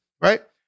right